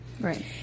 right